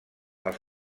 als